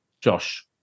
Josh